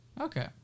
Okay